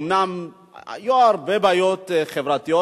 אומנם היו הרבה בעיות חברתיות,